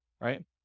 Right